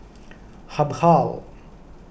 Habhal